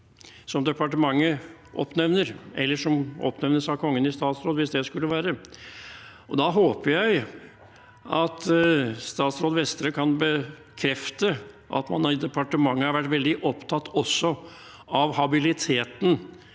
som departementet oppnevner, eller som oppnevnes av Kongen i statsråd, hvis det skulle være. Jeg håper at statsråd Vestre kan bekrefte at man i departementet også har vært veldig opptatt av habiliteten